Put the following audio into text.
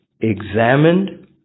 examined